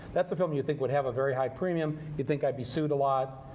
that's a film you think would have a very high premium. you'd think i'd be sued a lot,